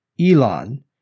Elon